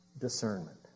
discernment